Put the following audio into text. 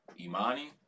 Imani